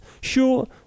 Sure